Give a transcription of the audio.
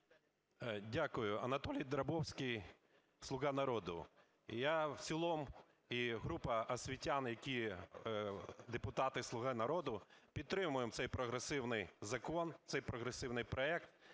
Дякую. Анатолій Драбовський, "Слуга народу". Я в цілому і група освітян, які депутати "Слуги народу", підтримуємо цей прогресивний закон, цей прогресивний проект